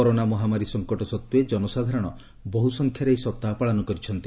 corona ମହାମାରୀ ସଙ୍କଟ ସତ୍ତ୍ୱେ ଜନସାଧାରଣ ବହୁ ସଂଖ୍ୟାରେ ଏହି ସପ୍ତାହ ପାଳନ କରିଛନ୍ତି